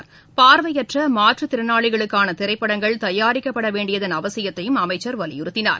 கண் பார்வையற்ற மாற்றுத்திறனாளிகளுக்கான திரைப்படங்கள் தயாரிக்கப்பட வேண்டியதன் அவசியத்தையும் அமைச்சர் வலியுறுத்தினார்